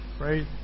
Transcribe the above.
Right